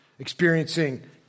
experiencing